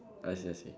I see I see